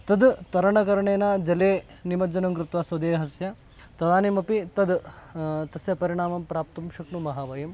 तद् तरणकरणेन जले निमज्जनं कृत्वा स्वदेहस्य तदानीमपि तद् तस्य परिणामं प्राप्तुं शक्नुमः वयं